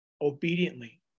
obediently